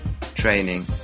training